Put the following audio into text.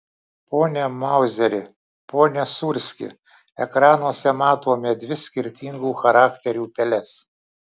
pone mauzeri pone sūrski ekranuose matome dvi skirtingų charakterių peles